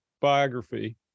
biography